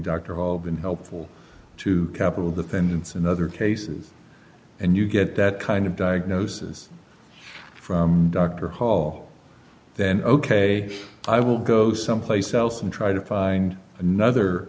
dr hall been helpful to capital defendants in other cases and you get that kind of diagnosis from dr hall then ok i will go someplace else and try to find another